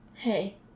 Hey